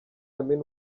amin